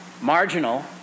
marginal